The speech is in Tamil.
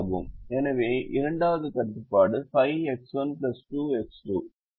எனவே இரண்டாவது கட்டுப்பாடு 5X1 2X2 இது ≥ 10 ஆகும்